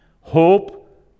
Hope